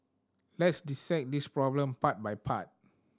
let's dissect this problem part by part